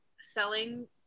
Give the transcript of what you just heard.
selling